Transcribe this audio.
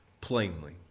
plainly